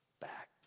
back